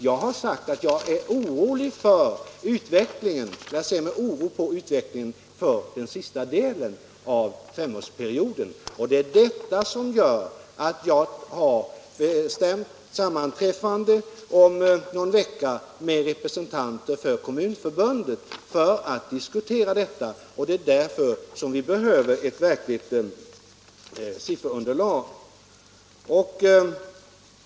Jag har sagt att jag ser med oro på utvecklingen under den senare delen av femårsperioden. Det är det som gör att jag om någon vecka skall sammanträffa med representanter för Kommunförbundet för att diskutera de här problemen, och det är därför som vi behöver ett korrekt sifferunderlag.